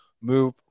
move